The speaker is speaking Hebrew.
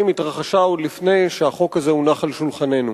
התרחשה עוד לפני שהחוק הזה הונח על שולחננו.